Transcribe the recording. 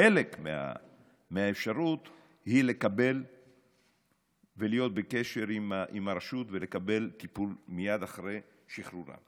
חלק מהאפשרות היא להיות בקשר עם הרשות ולקבל טיפול מייד אחרי שחרורם.